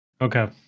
Okay